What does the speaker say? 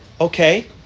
okay